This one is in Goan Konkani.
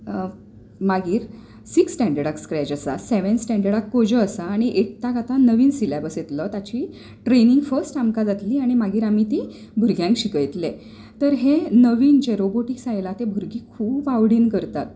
मागीर सिक्स्थ स्टॅण्डर्डाक स्क्रॅच आसा सेवेंथ स्टॅण्डर्डाक कोजो आसा आनी एड्थाक आतां नवीन सिलेबस येतलो ताची ट्रेनींग फर्स्ट आमकां जातली आनी मागीर आमी ती भुरग्यांक शिकयतले तर हें नवीन जें रोबोटिक्स आयलां तें भुरगीं खूब आवडीन करतात